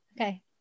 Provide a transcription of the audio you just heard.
Okay